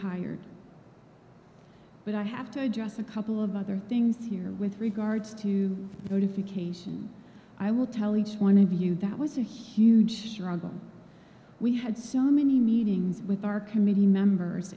hired but i have to address a couple of other things here with regards to notification i will tell each one of you that was a huge struggle we had so many meetings with our committee members